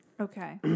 Okay